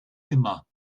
immer